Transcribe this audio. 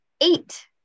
eight